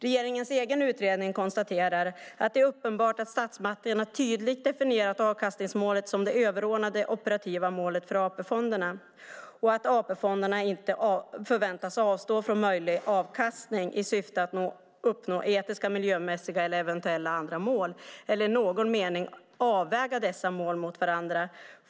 Regeringens egen utredning konstaterar att det är uppenbart att statsmakterna tydligt definierat avkastningsmålet som det överordnade operativa målet för AP-fonderna och att AP-fonderna inte förväntas avstå från möjlig avkastning i syfte att uppnå etiska, miljömässiga eller eventuella andra mål eller i någon mening väga dessa mål mot varandra.